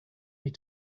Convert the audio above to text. need